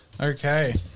Okay